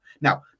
Now